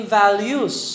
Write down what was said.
values